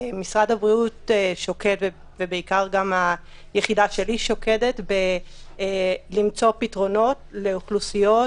משרד הבריאות ובעיקר היחידה שלי שוקדים למצוא פתרונות לאוכלוסיות